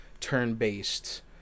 turn-based